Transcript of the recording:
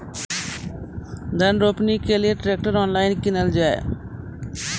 धान रोपनी के लिए केन ट्रैक्टर ऑनलाइन जाए?